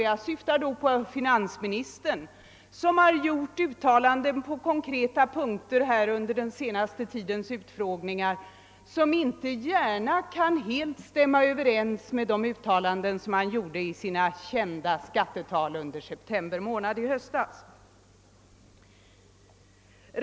Jag syftar då på finansministern som under den senaste tidens utfrågningar på konkreta punkter gjort uttalanden, som inte gärna helt kan stämma överens med de uttalanden han gjorde i sina kända skattetal i september månad i höstas.